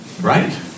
Right